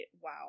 wow